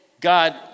God